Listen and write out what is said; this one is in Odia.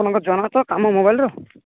ଆପଣଙ୍କ ଜଣା ତ କାମ ମୋବାଇଲର